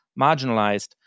marginalized